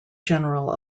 general